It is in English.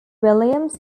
williams